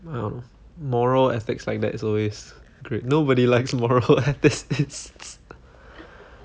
I don't know moral ethics like that it's always nobody likes moral ethics